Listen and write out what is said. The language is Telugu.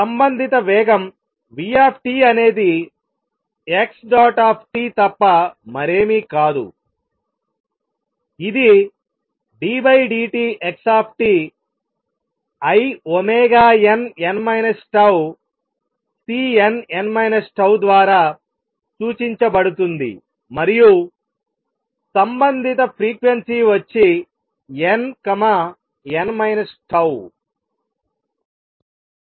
సంబంధిత వేగం v అనేది xt తప్ప మరేమీ కాదు ఇది ddtx inn τCnn τ ద్వారా సూచించబడుతుంది మరియు సంబంధిత ఫ్రీక్వెన్సీ వచ్చి nn τ